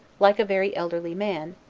like a very elderly man,